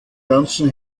ganzen